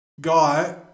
guy